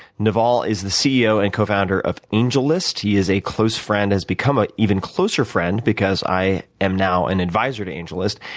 naval is the ceo and cofounder of angellist. he is a close friend and has become an even closer friend because i am now an advisor to angellist.